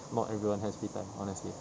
not everyone has free time honestly